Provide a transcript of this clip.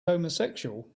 homosexual